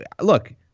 look –